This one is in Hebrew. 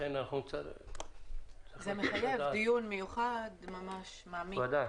זה מחייב דיון מיוחד ממש מעמיק.